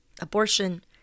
Abortion